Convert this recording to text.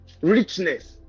richness